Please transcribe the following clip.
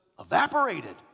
evaporated